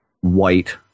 white